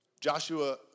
Joshua